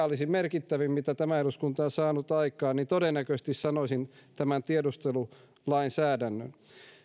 olisi merkittävin jonka tämä eduskunta on saanut aikaan niin todennäköisesti sanoisin tämän tiedustelulainsäädännön